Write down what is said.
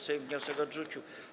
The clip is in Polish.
Sejm wniosek odrzucił.